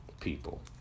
people